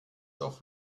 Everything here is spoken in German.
auf